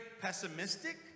pessimistic